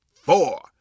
four